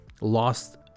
lost